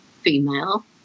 female